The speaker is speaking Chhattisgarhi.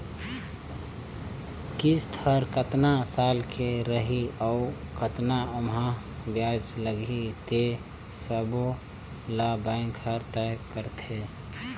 किस्त हर केतना साल के रही अउ केतना ओमहा बियाज लगही ते सबो ल बेंक हर तय करथे